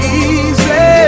easy